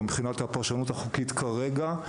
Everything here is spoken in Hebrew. או מבחינת הפרשנות החוקית כרגע,